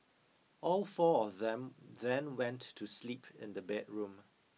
all four of them then went to sleep in the bedroom